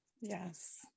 Yes